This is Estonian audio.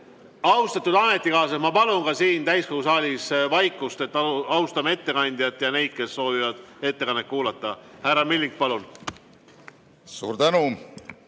Austatud ametikaaslased, ma palun siin täiskogu saalis vaikust. Austame ettekandjat ja neid, kes soovivad ettekannet kuulata. Härra Milling, palun! Suur tänu,